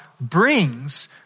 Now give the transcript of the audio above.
brings